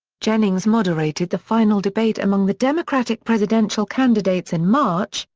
jennings moderated the final debate among the democratic presidential candidates in march,